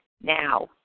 now